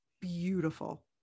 beautiful